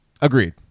Agreed